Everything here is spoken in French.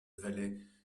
valet